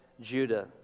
Judah